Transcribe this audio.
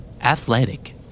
Athletic